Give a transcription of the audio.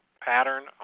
pattern